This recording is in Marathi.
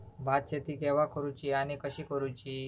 भात शेती केवा करूची आणि कशी करुची?